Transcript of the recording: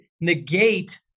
negate